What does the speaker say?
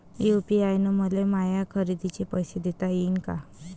UPI न मले माया खरेदीचे पैसे देता येईन का?